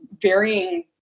varying